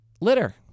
litter